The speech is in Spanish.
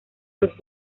los